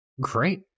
Great